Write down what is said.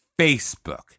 Facebook